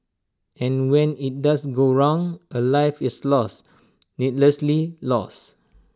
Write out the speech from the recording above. and when IT does go wrong A life is lost needlessly lost